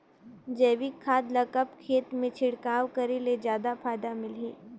जैविक खाद ल कब खेत मे छिड़काव करे ले जादा फायदा मिलही?